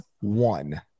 one